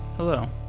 Hello